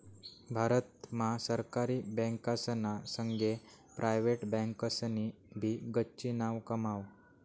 भारत मा सरकारी बँकासना संगे प्रायव्हेट बँकासनी भी गच्ची नाव कमाव